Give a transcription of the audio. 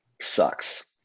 sucks